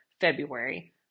February